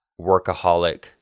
workaholic